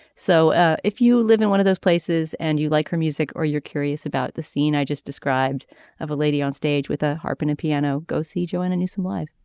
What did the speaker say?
so ah if you live in one of those places and you like her music or you're curious about the scene i just described of a lady on stage with a harp and a piano. go see joanna newsom live